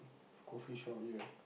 coffee shop here